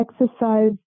exercise